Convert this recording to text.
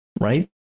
Right